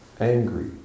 Angry